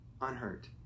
unhurt